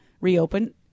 reopen